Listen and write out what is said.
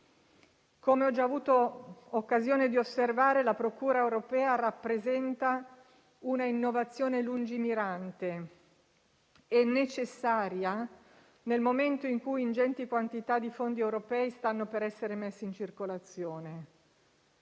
Come ho già avuto occasione di osservare, la Procura europea rappresenta una innovazione lungimirante e necessaria, nel momento in cui ingenti quantità di fondi europei stanno per essere messi in circolazione.